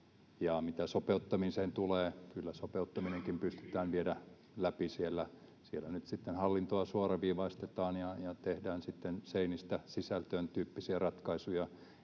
Mitä sopeuttamiseen tulee, niin kyllä sopeuttaminenkin pystytään viemään läpi. Siellä nyt sitten hallintoa suoraviivaistetaan ja tehdään seinistä sisältöön -tyyppisiä ratkaisuja,